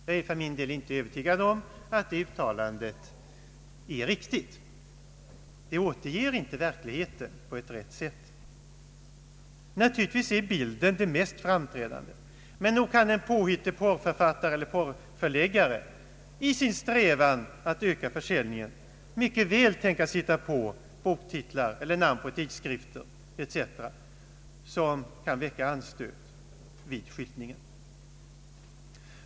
Jag är för min del inte övertygad om att det uttalandet är riktigt. Det återger inte verkligheten på rätt sätt. Naturligtvis är bilden det mest framträdande, men nog kan en påhittig porrförfattare eller porrförläggare i sin strävan att öka försäljningen mycket väl tänkas hitta på boktitlar, namn på tidskrifter ete. som kan väcka anstöt vid skyltningen.